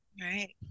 Right